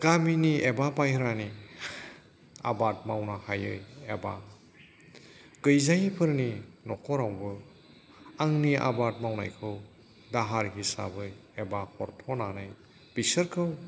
गामिनि एबा बायह्रानि आबाद मावनो हायै एबा गैजायैफोरनि न'खरावबो आंनि आबाद मावनायखौ दाहार हिसाबै एबा हरथ'नानै बिसोरखौ